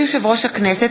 ברשות יושב-ראש הכנסת,